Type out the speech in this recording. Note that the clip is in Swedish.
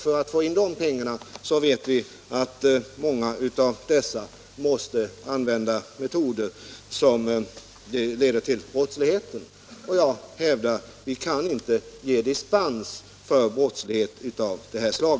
För att få in de pengarna måste många missbrukare använda metoder som leder till brottslighet. Jag hävdar att vi inte kan ge dispens för brottslighet av detta slag.